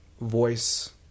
voice